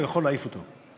הוא יכול להעיף אותו.